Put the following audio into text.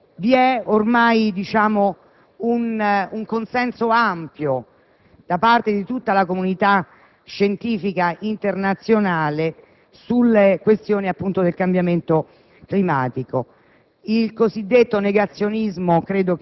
internazionale. Vi è ormai un consenso ampio da parte di tutta la comunità scientifica internazionale sulla questione del cambiamento climatico.